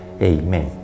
Amen